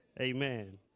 Amen